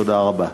תודה רבה.